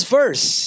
verse